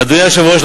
אדוני היושב-ראש,